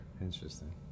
Interesting